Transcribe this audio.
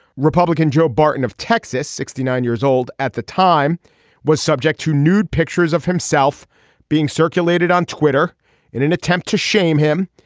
republican joe barton of texas sixty nine years old at the time was subject to nude pictures of himself being circulated on twitter in an attempt to shame him.